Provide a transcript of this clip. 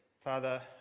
Father